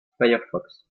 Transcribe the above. firefox